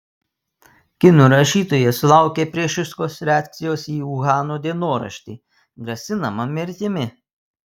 kinų rašytoja sulaukė priešiškos reakcijos į uhano dienoraštį grasinama mirtimi